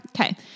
Okay